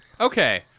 okay